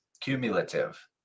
Cumulative